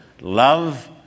love